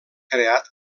creat